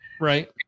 Right